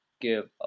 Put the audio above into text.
give